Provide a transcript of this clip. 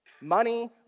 Money